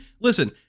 listen